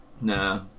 Nah